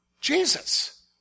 Jesus